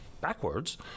backwards